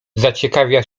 zaciekawiła